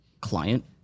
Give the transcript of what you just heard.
client